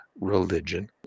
religion